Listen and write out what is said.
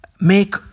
make